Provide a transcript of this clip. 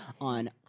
on